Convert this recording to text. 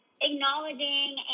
acknowledging